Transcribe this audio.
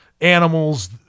animals